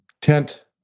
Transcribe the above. tent